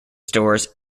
stores